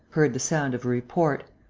heard the sound of a report,